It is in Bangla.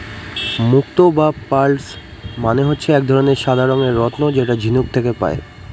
মুক্ত বা পার্লস মানে হচ্ছে এক ধরনের সাদা রঙের রত্ন যেটা ঝিনুক থেকে পায়